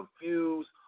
confused